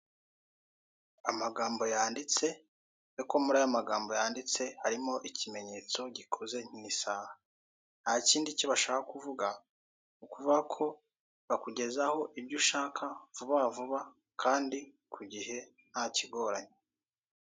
Amagambo yanditse ariko muri aya magambo yanditse harimo ikimenyetso gikoze nk'isaha, nta kindi ki bashaka kuvuga ni ukuvuga ko bakugezaho ibyo ushaka vuba vuba kandi ku gihe nta kigoranye.